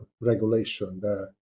regulation